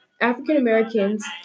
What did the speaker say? African-Americans